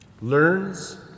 learns